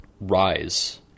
rise